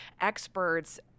experts